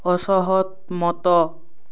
ଅସହ ମତ